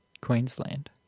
Queensland